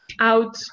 out